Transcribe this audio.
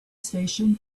station